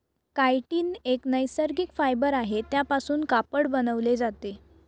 chitin एक नैसर्गिक fibre आहे त्यापासून कापड बनवले जाते